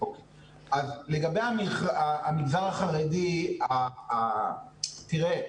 לגבי המגזר החרדי, תראה,